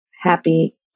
Happy